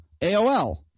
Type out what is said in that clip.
AOL